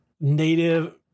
native